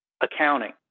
accounting